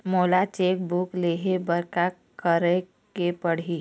मोला cheque book लेहे बर का केरेक पढ़ही?